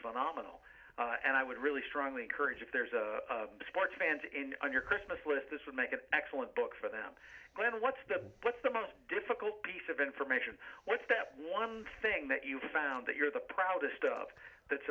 phenomenal and i would really strongly encourage if there's a sports fan on your christmas list this would make an excellent book for them what's the what's the most difficult piece of information what's that one thing that you found that you're the proudest of that's